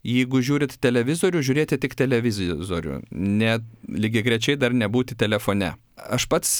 jeigu žiūrit televizorių žiūrėti tik televizizorių net lygiagrečiai dar nebūti telefone aš pats